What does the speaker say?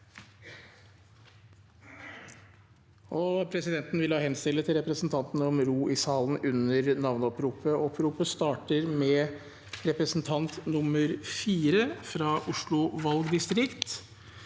Presidenten vil henstille til representantene om ro i salen under navneoppropet. Oppropet starter med representant nr. 4 fra Oslo valgdistrikt.